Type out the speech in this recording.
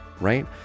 right